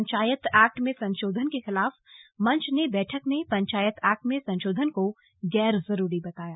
panchayat act में संशोधन के खिलाफ मंच ने बैठक में पंचायत एक्ट में संशोधन को गैरजरूरी बताया